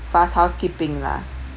fast housekeeping lah